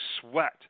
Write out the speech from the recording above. sweat